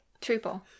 triple